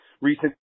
recent